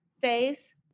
phase